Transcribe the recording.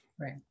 Right